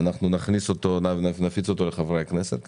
אנחנו נפיץ אותו לחברי הכנסת.